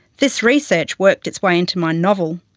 this research worked its way into my novel.